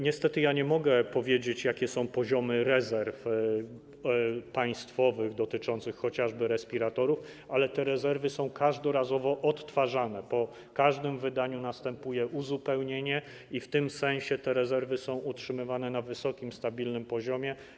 Niestety nie mogę powiedzieć, jakie są poziomy rezerw państwowych dotyczących chociażby respiratorów, ale te rezerwy są każdorazowo odtwarzane, po każdym wydaniu następuje uzupełnienie i w tym sensie te rezerwy są utrzymywane na wysokim, stabilnym poziomie.